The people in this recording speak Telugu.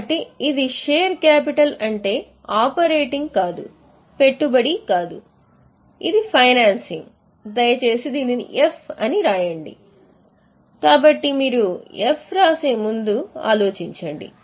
కాబట్టి ఇది షేర్ క్యాపిటల్ అంటే ఆపరేటింగ్ అని గమనించండి కాబట్టి మీరు ఎఫ్ వ్రాసే ముందు ఆలోచించండి